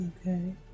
Okay